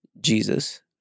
Jesus